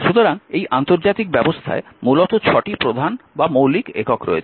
সুতরাং এই আন্তর্জাতিক ব্যবস্থায় মূলত 6টি প্রধান বা মৌলিক একক রয়েছে